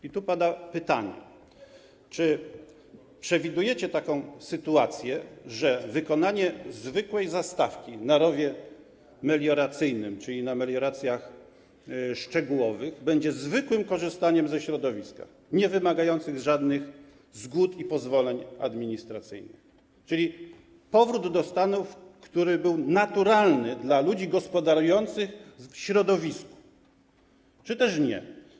I tu pada pytanie: Czy przewidujecie sytuację, że wykonanie zwykłej zastawki na rowie melioracyjnym, czyli na melioracji szczegółowej, będzie zwykłym korzystaniem ze środowiska niewymagającym żadnych zgód i pozwoleń administracyjnych - chodzi o powrót do stanu, który był naturalny dla ludzi gospodarujących środowiskiem - czy też nie?